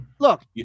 Look